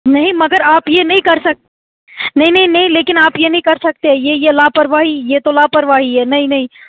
نہیں مگر آپ یہ نہیں کر سک نہیں نہیں نہیں لیکن آپ یہ نہیں کر سکتے یہ یہ لاپرواہی یہ تو لاپرواہی ہے نہیں نہیں